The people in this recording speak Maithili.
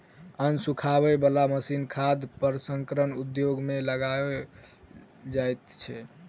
अन्न सुखबय बला मशीन खाद्य प्रसंस्करण उद्योग मे लगाओल जाइत छै